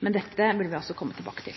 Men dette vil vi altså komme tilbake